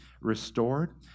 Restored